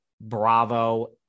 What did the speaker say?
Bravo